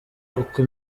uko